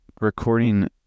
recording